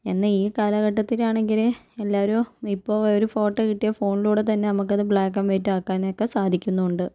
എന്നാൽ ഈ കാലഘട്ടത്തിലാണെങ്കില് എല്ലാവരും ഇപ്പോൾ ഒരു ഫോട്ടോ കിട്ടിയാൽ ഫോണിലൂടെ തന്നെ നമുക്ക് അത് ബ്ലാക്ക് ആൻഡ് വൈറ്റ് ആക്കാനൊക്കെ സാധിക്കുന്നുണ്ട്